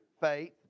faith